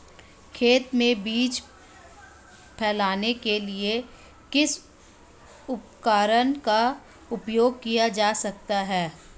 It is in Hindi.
खेत में बीज फैलाने के लिए किस उपकरण का उपयोग किया जा सकता है?